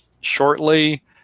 shortly